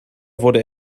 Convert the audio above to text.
wurde